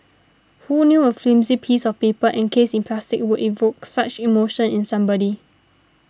who knew a flimsy piece of paper encased in plastic will evoke such emotion in somebody